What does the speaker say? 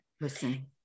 listen